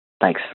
Thanks